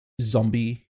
zombie